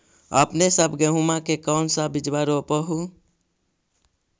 अपने सब गेहुमा के कौन सा बिजबा रोप हू?